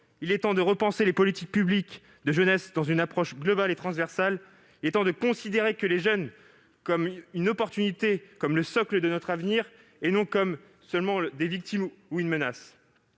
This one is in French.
Il est temps de repenser les politiques publiques en faveur de la jeunesse dans une approche globale et transversale. Il est temps de considérer les jeunes comme une chance, comme le socle de notre avenir et non seulement comme des victimes ou comme une menace.